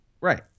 Right